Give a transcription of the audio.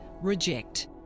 Reject